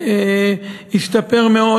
התייעל והשתפר מאוד.